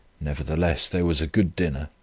nevertheless there was a good dinner,